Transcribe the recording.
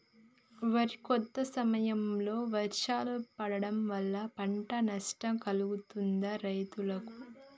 వరి కోత సమయంలో వర్షాలు పడటం వల్ల పంట నష్టం కలుగుతదా రైతులకు?